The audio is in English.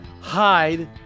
hide